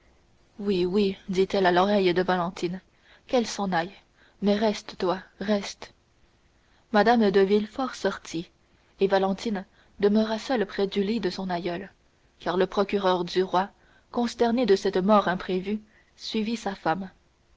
oui oui dit-elle à l'oreille de valentine qu'elle s'en aille mais reste toi reste mme de villefort sortit et valentine demeura seule près du lit de son aïeule car le procureur du roi consterné de cette mort imprévue suivit sa femme